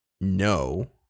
no